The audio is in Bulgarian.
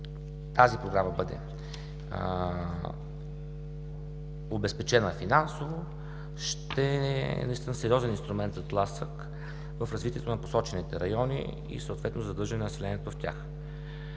тази програма бъде обезпечена финансово, ще е наистина сериозен инструмент за тласък в развитието на посочените райони и съответно за задържане на населението в тях.